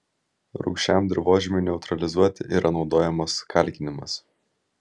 rūgščiam dirvožemiui neutralizuoti yra naudojamos kalkinimas